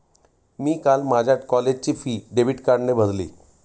मी काल माझ्या कॉलेजची फी डेबिट कार्डने भरली